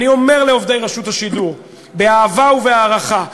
אני אומר לעובדי רשות השידור באהבה ובהערכה: